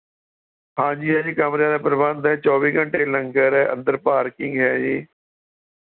ਹਾਂਜੀ ਹਾਂਜੀ ਕਮਰਿਆਂ ਦਾ ਪ੍ਰਬੰਧ ਹੈ ਚੌਵੀ ਘੰਟੇ ਲੰਗਰ ਹੈ ਅੰਦਰ ਪਾਰਕਿੰਗ ਹੈ ਜੀ